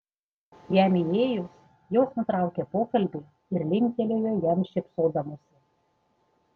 jam įėjus jos nutraukė pokalbį ir linktelėjo jam šypsodamosi